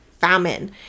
famine